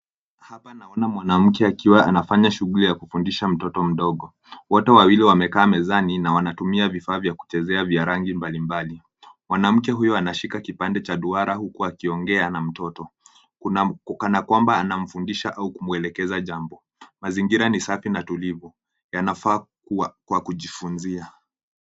Hapa naona mwanamke akiwa anafanya shughuli ya kufundisha mtoto mdogo, wote wawili wamekaa mezani na wanatumia vifaa chezea vya rangi mbali. Mwanamke huu anashika kipande cha duara uku akiongea na mtoto, kana kwamba anamfundisha au kumuelekeza jambo. Mazingira ni safi na tulivu yanavaa kuwa kwa kujifunzia.